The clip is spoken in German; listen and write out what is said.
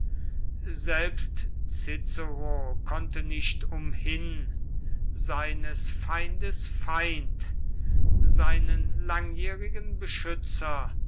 cicero konnte nicht umhin seines feindes feind seinen langjährigen beschützer